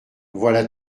voilà